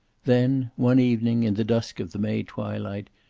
then, one evening, in the dusk of the may twilight,